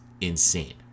insane